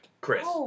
Chris